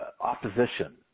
opposition